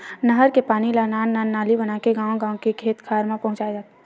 नहर के पानी ल नान नान नाली बनाके गाँव गाँव के खेत खार म पहुंचाए जाथे